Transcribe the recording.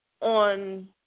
on